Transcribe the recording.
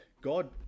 God